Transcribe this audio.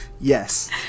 yes